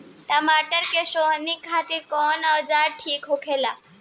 टमाटर के सोहनी खातिर कौन औजार ठीक होला?